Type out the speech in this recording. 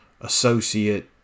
associate